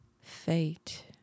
fate